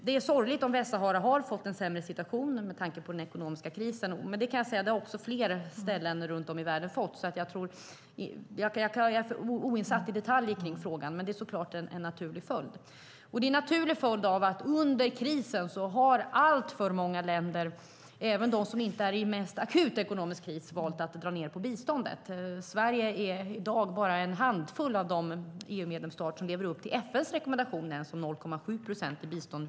Det är sorgligt om Västsahara har fått en sämre situation med tanke på den ekonomiska krisen, men det kan jag säga att också flera ställen runt om i världen har fått. Jag är för oinsatt i detaljerna kring frågan, men det är såklart en naturlig följd av att alltför många länder under krisen, även de som inte är i mest akut ekonomisk kris, har valt att dra ned på biståndet. Sverige tillhör i dag den handfull av EU-medlemsstater som lever upp till FN:s rekommendation om ens 0,7 procent i bistånd.